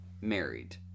married